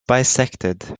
bisected